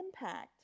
impact